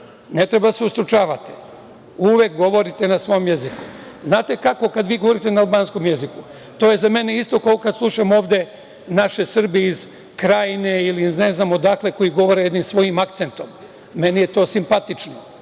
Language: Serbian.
Ne treba da se ustručavate, uvek govorite na svom jeziku. Znate, kako kada vi govorite na albanskom jeziku, to je za mene isto kao kada slušam ovde naše Srbe iz Krajine ili iz ne znam odakle koji govore jednim svojim akcentom. Meni je to simpatično.